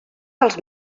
dels